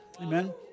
Amen